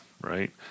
right